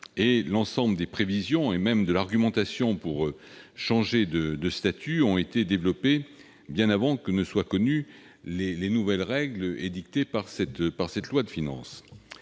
L'ensemble de l'argumentation pour changer de statut a été développé bien avant que ne soient connues les nouvelles règles édictées par ce projet de loi de finances.